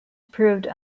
proved